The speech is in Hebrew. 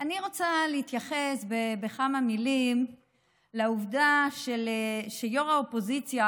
רוצה להתייחס בכמה מילים לעובדה שראש האופוזיציה,